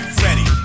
ready